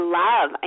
love